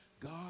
God